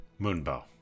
Moonbow